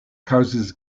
kaŭzis